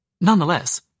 Nonetheless